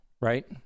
right